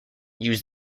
use